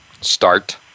start